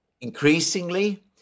increasingly